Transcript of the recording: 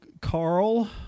Carl